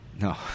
No